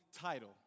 title